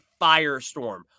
firestorm